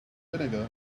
vinegar